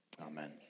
Amen